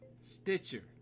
Stitcher